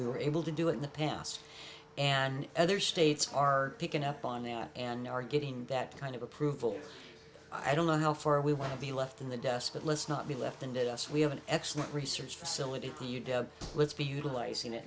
we were able to do it in the past and other states are picking up on that and are getting that kind of approval i don't know how far we want to be left in the dust but let's not be left in the us we have an excellent research facility